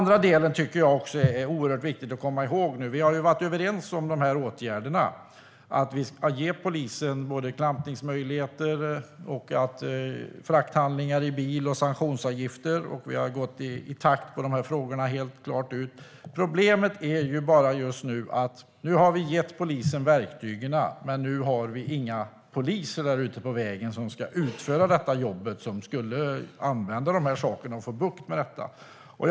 Det är också oerhört viktigt att komma ihåg att vi har varit överens om åtgärderna, om att ge polisen klampningsmöjligheter, om frakthandlingar i bil och om sanktionsavgifter. Vi har helt klart gått i takt i frågorna. Problemet är bara att vi nu har gett polisen verktygen, men på vägarna finns det inga poliser som ska utföra jobbet på vägarna. Det var de som skulle använda det här och få bukt med problemet.